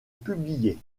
publier